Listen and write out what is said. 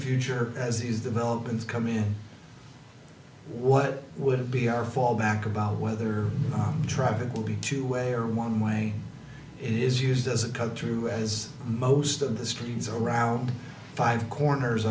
future as these developments come in what would be our fallback about whether traffic will be two way or one way is used as a cut through as most of the streets around five corners